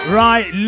right